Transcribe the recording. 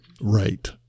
Right